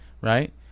right